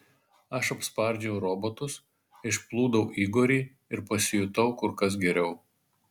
aš apspardžiau robotus išplūdau igorį ir pasijutau kur kas geriau